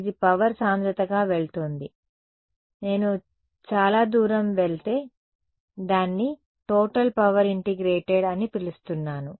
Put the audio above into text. ఇది పవర్ సాంద్రత గా వెళుతోంది నేను చాలా దూరం వెళితే దాన్ని టోటల్ పవర్ ఇన్టిగ్రేటెడ్ అని పిలుస్తున్నాను